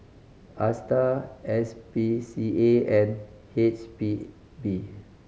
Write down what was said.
Astar S P C A and H P B